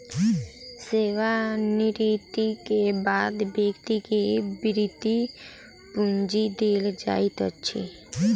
सेवा निवृति के बाद व्यक्ति के वृति पूंजी देल जाइत अछि